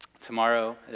tomorrow